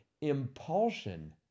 impulsion